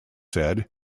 said